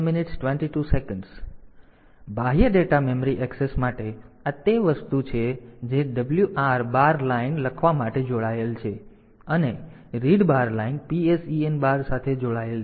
તેથી બાહ્ય data memory access માટે આ તે વસ્તુ છે જે WR બાર લાઇન લખવા માટે જોડાયેલ છે અને read bar line PSEN bar સાથે જોડાયેલ છે